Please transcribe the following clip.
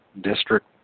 district